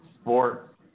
Sports